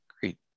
great